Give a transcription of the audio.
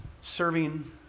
serving